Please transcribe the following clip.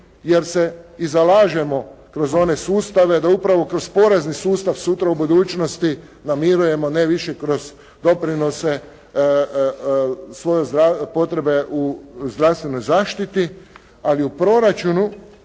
jer se i zalažemo kroz one sustave da upravo kroz porezni sustav sutra u budućnosti namirujemo ne više kroz doprinose potrebe u zdravstvenoj zaštiti, ali u proračunu